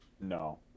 No